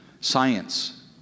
science